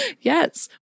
Yes